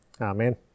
Amen